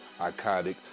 iconic